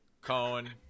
Cohen